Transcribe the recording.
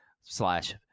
slash